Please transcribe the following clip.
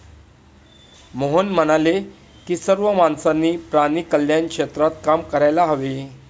मोहन म्हणाले की सर्व माणसांनी प्राणी कल्याण क्षेत्रात काम करायला हवे